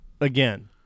again